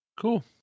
Cool